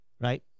right